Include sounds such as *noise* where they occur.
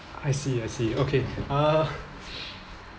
I see I see okay uh *breath*